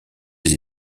des